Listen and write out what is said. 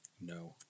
No